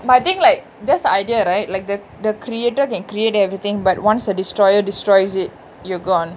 but I think like that's the idea right like the the creator can create everything but once the destroyer destroys it you are gone